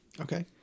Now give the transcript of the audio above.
Okay